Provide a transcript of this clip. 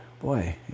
Boy